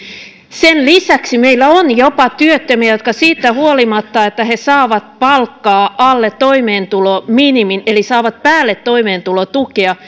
sen lisäksi meillä on jopa ihmisiä jotka siitä huolimatta että he saavat palkkaa alle toimeentulominimin eli saavat päälle toimeentulotukea